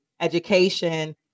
education